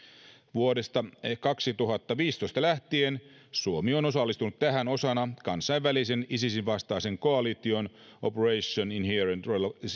vuodesta kaksituhattaviisitoista lähtien suomi on osallistunut tähän osana kansainvälisen isisin vastaisen koalition operation inherent